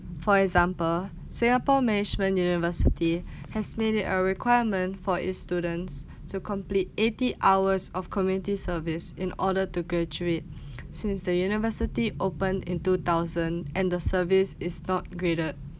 for example singapore management university has made it a requirement for its students to complete eighty hours of community service in order to graduate since the university opened in two thousand and the service is not graded